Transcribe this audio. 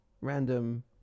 random